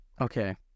Okay